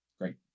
Great